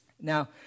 Now